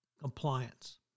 compliance